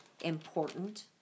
important